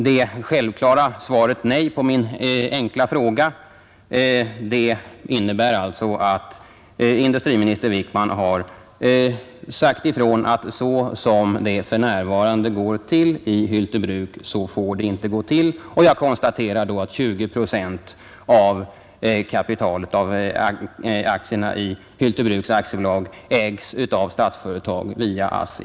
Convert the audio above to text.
Det självklara svaret nej på min enkla fråga innebär alltså att industriminister Wickman har sagt ifrån att som det för närvarande går till i Hylte Bruk får det inte gå till. Jag konstaterar då att 20 procent av aktierna i Hylte Bruks AB ägs av Statsföretag AB via ASSI.